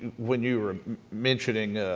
when you were mentioning